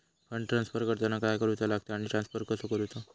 Fund transfer करताना काय करुचा लगता आनी ट्रान्स्फर कसो करूचो?